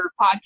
podcast